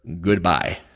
Goodbye